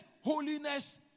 holiness